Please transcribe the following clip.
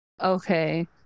Okay